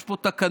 יש פה תקנון,